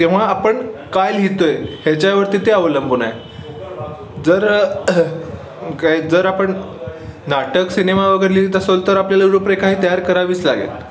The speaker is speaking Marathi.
तेव्हा आपण काय लिहितो आहे ह्याच्यावरती ते अवलंबून आहे जर काय जर आपण नाटक सिनेमा वगैरे लिहित असेल तर आपल्याला रुपरेखा ही तयार करावीच लागेल